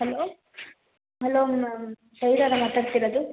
hello hello ma'am ಟೈಲರಾ ಮಾತಾಡ್ತಿರೋದು